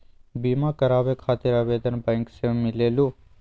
बिमा कराबे खातीर आवेदन बैंक से मिलेलु?